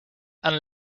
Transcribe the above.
and